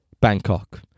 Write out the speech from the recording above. Bangkok